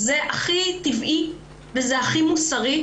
זה הכי טבעי והכי מוסרי,